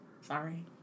Sorry